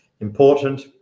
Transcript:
important